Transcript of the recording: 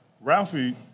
Ralphie